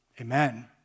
Amen